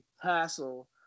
hassle